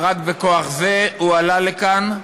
ורק בכוח זה הוא עלה לכאן,